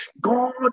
God